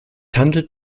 handelt